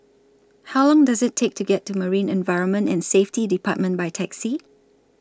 How Long Does IT Take to get to Marine Environment and Safety department By Taxi